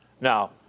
Now